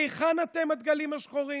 היכן אתם, הדגלים השחורים?